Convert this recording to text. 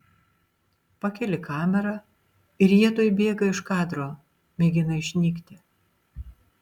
pakeli kamerą ir jie tuoj bėga iš kadro mėgina išnykti